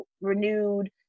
renewed